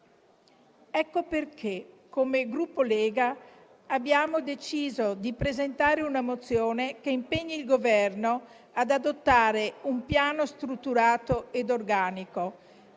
Ecco perché, come Gruppo della Lega, abbiamo deciso di presentare una mozione che impegni il Governo ad adottare un piano strutturato ed organico